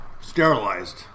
sterilized